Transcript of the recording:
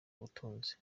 butunzi